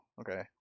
okay